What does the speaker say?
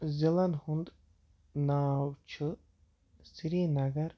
ضِلَن ہُنٛد ناو چھِ سرینگر